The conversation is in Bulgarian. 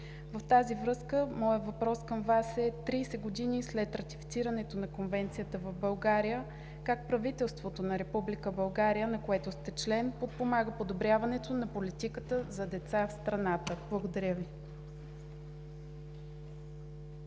В тази връзка моят въпрос към Вас е: 30 години след ратифицирането на Конвенцията в България как правителството на Република България, на което сте член, подпомага подобряването на политиката за деца в страната? Благодаря Ви.